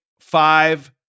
five